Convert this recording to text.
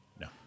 No